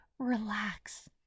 relax